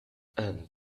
and